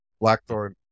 Blackthorn